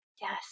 Yes